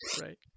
Right